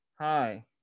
hi